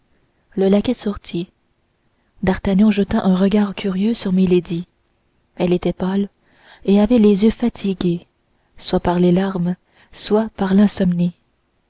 le laquais sortit d'artagnan jeta un regard curieux sur milady elle était pâle et avait les yeux fatigués soit par les larmes soit par